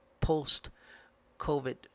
post-COVID